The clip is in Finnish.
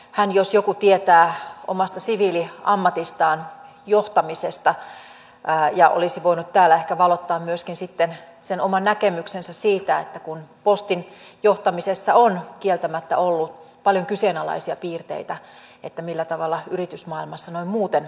hän jos joku tietää omasta siviiliammatistaan johtamisesta ja olisi voinut täällä ehkä valottaa myöskin sitten omaa näkemystään siitä kun postin johtamisessa on kieltämättä ollut paljon kyseenalaisia piirteitä millä tavalla yritysmaailmassa noin muuten esimerkillä johdetaan